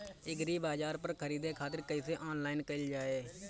एग्रीबाजार पर खरीदे खातिर कइसे ऑनलाइन कइल जाए?